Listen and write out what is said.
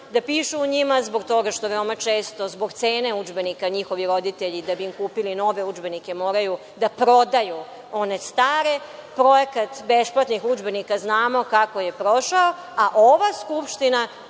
da pišu u njima zbog toga što veoma često zbog cene udžbenika njihovi roditelji, da bi im kupili nove udžbenike, moraju da prodaju one stare. Projekat besplatnih udžbenika znamo kako je prošao. A ova Skupština